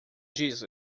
diz